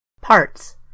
Parts